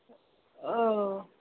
औ